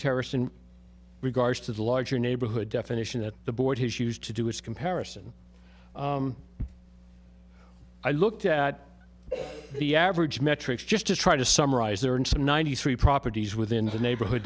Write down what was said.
terrorist in regards to the larger neighborhood definition that the board has used to do its comparison i looked at the average metrics just to try to summarize there are some ninety three properties within the neighborhood